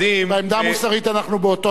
בעמדה המוסרית אנחנו באותו צד,